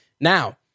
Now